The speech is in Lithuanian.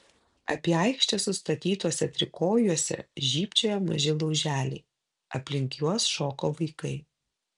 apie aikštę sustatytuose trikojuose žybčiojo maži lauželiai aplink juos šoko vaikai